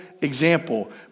example